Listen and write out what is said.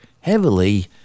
heavily